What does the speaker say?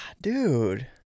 dude